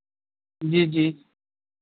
جی جی